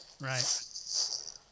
Right